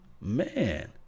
Man